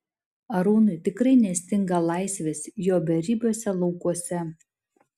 arūnui tikrai nestinga laisvės jo beribiuose laukuose